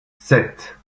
sept